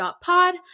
Pod